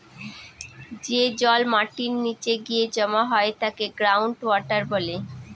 যে জল মাটির নীচে গিয়ে জমা হয় তাকে গ্রাউন্ড ওয়াটার বলে